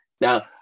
now